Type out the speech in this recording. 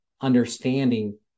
understanding